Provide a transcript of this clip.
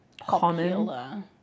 popular